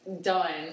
Done